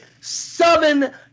seven